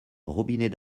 robinet